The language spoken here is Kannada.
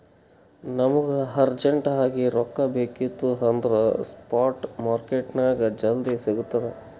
ನಮುಗ ಅರ್ಜೆಂಟ್ ಆಗಿ ರೊಕ್ಕಾ ಬೇಕಿತ್ತು ಅಂದುರ್ ಸ್ಪಾಟ್ ಮಾರ್ಕೆಟ್ನಾಗ್ ಜಲ್ದಿ ಸಿಕ್ತುದ್